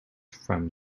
from